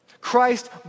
Christ